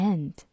End